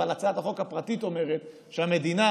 אבל הצעת החוק הפרטית אומרת שהמדינה